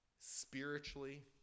spiritually